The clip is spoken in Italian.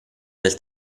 del